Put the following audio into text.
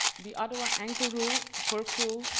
the other one, ankle rule, perc rule,